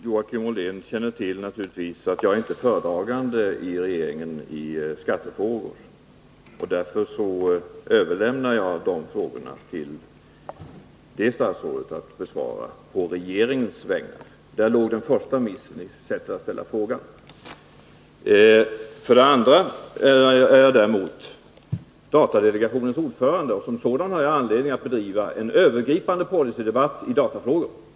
Herr talman! Som Joakim Ollén naturligtvis känner till är jag inte föredragande i regeringen när det gäller skattefrågor. Därför överlämnar jag sådana frågor till det statsråd som har ansvaret för dem för besvarande på regeringens vägnar. — Där låg den första missen i sättet att ställa frågan. Däremot är jag datadelegationens ordförande. Som sådan har jag anledning att bedriva en övergripande policydebatt i datafrågor.